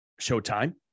showtime